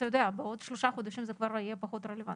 בעוד שלושה חודשים זה יהיה פחות רלוונטי.